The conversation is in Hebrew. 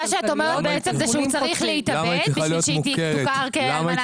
מה שאת אומרת בעצם זה שהוא צריך להתאבד בשביל שהיא תוכר כאלמנת צה"ל?